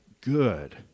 good